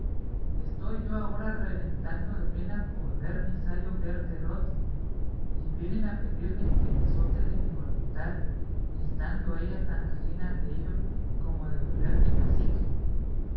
estoy yo ahora reventando de pena por ver mi sayo verde roto y vienen a pedirme que me azote de mi voluntad estando ella tan ajena dello como de volverme cacique